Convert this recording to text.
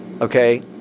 okay